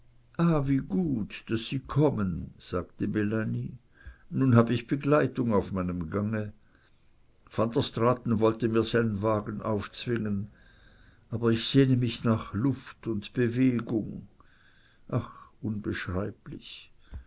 wie gut daß sie kommen sagte melanie nun hab ich begleitung auf meinem gange van der straaten wollte mir seinen wagen aufzwingen aber ich sehne mich nach luft und bewegung ach unbeschreiblich